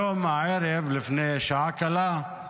הערב, לפני שעה קלה,